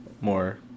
more